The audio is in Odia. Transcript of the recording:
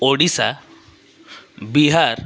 ଓଡ଼ିଶା ବିହାର